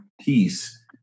peace